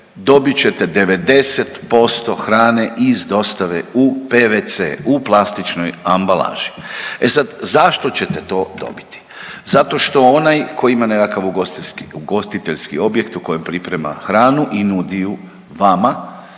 dobit ćete 90% hrane iz dostave u pvc, u plastičnoj ambalaži. E sad, zašto ćete to dobiti? Zato što onaj tko ima nekakav ugostiteljski objekt u kojem priprema hranu i nudi ju vama